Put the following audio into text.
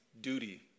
duty